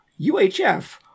UHF